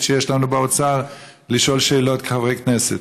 שיש לנו באוצר לשאול אותו שאלות כחברי כנסת.